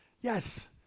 yes